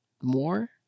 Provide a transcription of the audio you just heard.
more